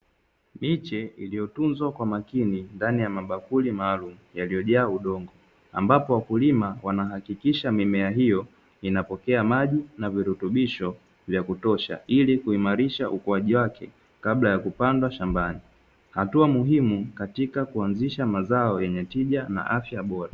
Miche iliyotunzwa kwa makini ndani ya mabakuli maalum yaliyojaa udongo, ambapo wakulima wanahakikisha mimea hiyo inapokea maji na virutubisho vya kutosha ili kuimarisha ukuaji wake kabla ya kupandwa shambani. Hatua muhimu katika kuanzisha mazao yenye tija na afya bora.